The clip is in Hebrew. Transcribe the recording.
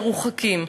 מרוחקים,